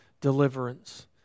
deliverance